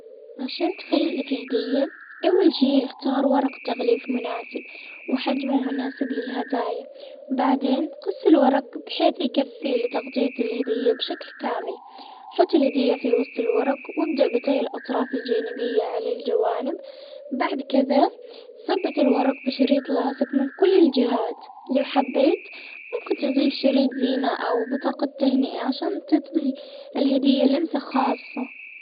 اول شي عشان تغلف هدية اختار ورق تغليف مناسب وحجم مناسب للهدايا بعدين نقص الورق بحيث يكفي لتغطية الهدية بشكل كامل حطي الهدية في وسط الورق وابدأ بطي الاطراف الجانبية على الجوانب بعد كذا ثبت الورق بشريط لاصق من كل الجهات لو حبيت ممكن تضيف شريط زينة او بطاقة تهنئة عشان تدي الهدية لمسة خاصة.